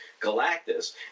Galactus